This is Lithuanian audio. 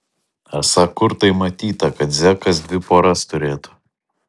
esą kur tai matyta kad zekas dvi poras turėtų